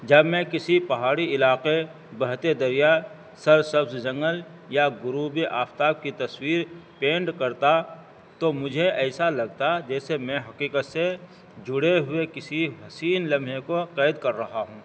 جب میں کسی پہاڑی علاقے بہتے دریا سر سبز جنگل یا غروبی آفتاب کی تصویر پینٹ کرتا تو مجھے ایسا لگتا جیسے میں حقیقت سے جڑے ہوئے کسی حسین لمحے کو قید کر رہا ہوں